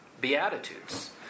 Beatitudes